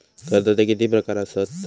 कर्जाचे किती प्रकार असात?